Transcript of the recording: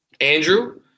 Andrew